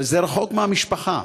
אבל זה רחוק מהמשפחה.